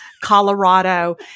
Colorado